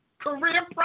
Career